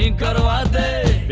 and god o god